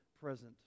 present